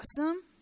awesome